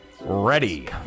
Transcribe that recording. Ready